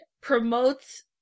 promotes